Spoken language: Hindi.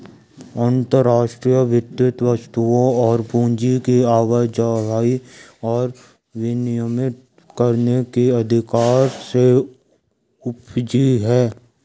अंतर्राष्ट्रीय वित्त वस्तुओं और पूंजी की आवाजाही को विनियमित करने के अधिकार से उपजी हैं